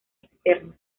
externa